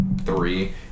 three